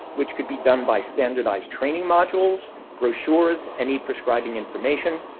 which could be done by standardized training modules, brochures, any prescribing information.